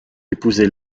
épousé